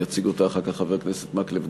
יציג אותה אחר כך חבר הכנסת מקלב,